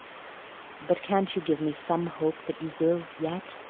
but can't you give me some hope that you will yet?